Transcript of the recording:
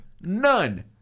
None